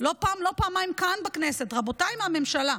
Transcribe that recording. לא פעם ולא פעמיים, כאן בכנסת: רבותיי מהממשלה,